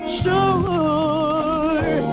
sure